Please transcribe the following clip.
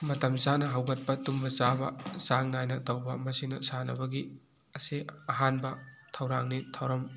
ꯃꯇꯝ ꯆꯥꯅ ꯍꯧꯒꯠꯄ ꯇꯨꯝꯕ ꯆꯥꯕ ꯆꯥꯡ ꯅꯥꯏꯅ ꯇꯧꯕ ꯃꯁꯤꯅ ꯁꯥꯟꯅꯕꯒꯤ ꯑꯁꯤ ꯑꯍꯥꯟꯕ ꯊꯧꯔꯥꯡꯅꯤ ꯊꯧꯔꯝ